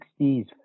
60s